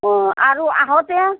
অঁ আৰু আহোঁতে